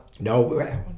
No